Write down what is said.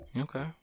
okay